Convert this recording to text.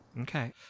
Okay